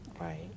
right